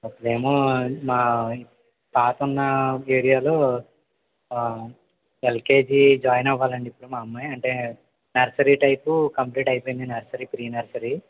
ఒకరేమో మా తాత ఉన్న ఏరియాలో ఎల్కేజీ జాయిన్ అవ్వాలండి ఇప్పుడు మా అమ్మాయి అంటే నర్సరీ టైపు కంప్లీట్ అయిపొయింది నర్సరీ ప్రీ నర్సరీ